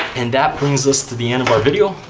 and that brings us to the end of our video.